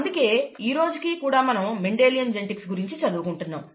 ఇందువల్లే ఈ రోజుకి కూడా మనం మెండిలియన్ జెనెటిక్స్ గురించి చదువుకుంటున్నాం